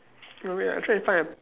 oh wait ah I try to find a